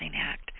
act